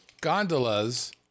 Gondolas